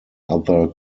other